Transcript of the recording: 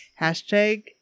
Hashtag